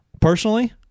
Personally